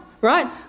right